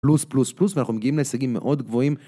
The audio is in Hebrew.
פלוס פלוס פלוס ואנחנו מגיעים להישגים מאוד גבוהים.